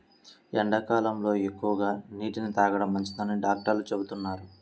ఎండాకాలంలో ఎక్కువగా నీటిని తాగడం మంచిదని డాక్టర్లు చెబుతున్నారు